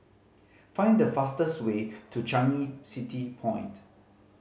find the fastest way to Changi City Point